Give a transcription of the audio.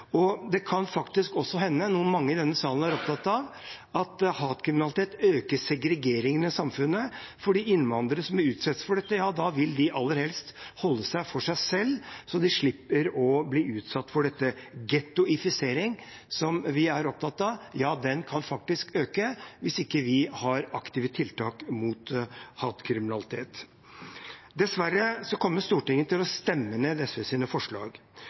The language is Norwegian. kan faktisk også hende – noe mange i denne salen er opptatt av – at hatkriminalitet øker segregeringen i samfunnet, fordi innvandrere som utsettes for dette, aller helst vil holde seg for seg selv så de slipper å bli utsatt for det. «Gettoifisering», som vi er opptatt av, kan faktisk øke i omfang hvis vi ikke har aktive tiltak mot hatkriminalitet. Dessverre kommer Stortinget til å stemme ned SVs forslag.